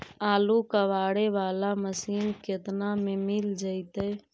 आलू कबाड़े बाला मशीन केतना में मिल जइतै?